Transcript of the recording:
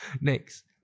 Next